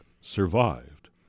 survived